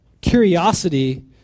curiosity